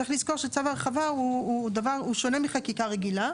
צריך לזכור שצו ההרחבה הוא שונה מחקיקה רגילה,